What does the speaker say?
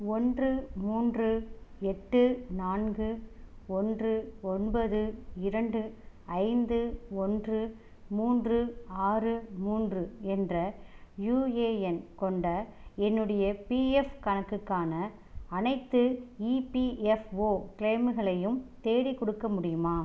ஒன்று மூன்று எட்டு நான்கு ஒன்று ஒன்பது இரண்டு ஐந்து ஒன்று மூன்று ஆறு மூன்று என்ற யூஎஎன் கொண்ட என்னுடைய பிஎஃப் கணக்குக்கான அனைத்து இபிஎஃப்ஓ கிளைம்களையும் தேடிக்கொடுக்க முடியுமா